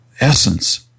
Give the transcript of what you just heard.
essence